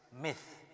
myth